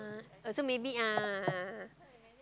so maybe a'ah a'ah a'ah